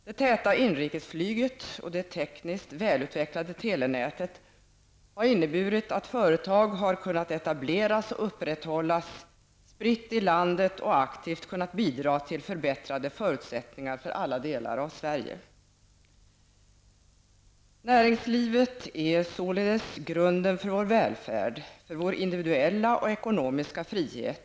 Det täta inrikesflyget och det tekniskt välutvecklade telenätet har inneburit att företag har kunnat etableras och upprätthållas spritt i landet och att de aktivt kunnat bidra till förbättrade förutsättningar för alla delar av Sverige. Näringslivet är således grunden för vår välfärd, för vår individuella och ekonomiska frihet.